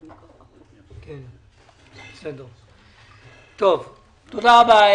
תודה רבה,